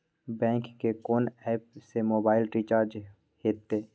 Bank के कोन app से मोबाइल रिचार्ज हेते?